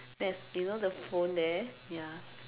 there's you know the phone there ya